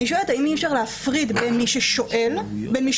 אני שואלת האם אי-אפשר להפריד בין מי שחוקר למי